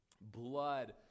blood